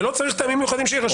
זה לא צריך טעמים מיוחדים שיירשמו?